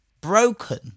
broken